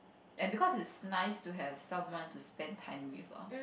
and because it's nice to have someone to spend time with lor